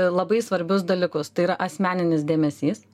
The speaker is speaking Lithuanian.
labai svarbius dalykus tai yra asmeninis dėmesys